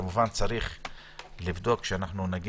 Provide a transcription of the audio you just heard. כמובן, צריך לבדוק שהישיבה הראשונה לא תהיה